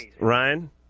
ryan